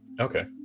okay